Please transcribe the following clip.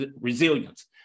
resilience